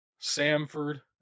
Samford